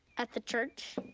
at the church?